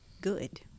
Good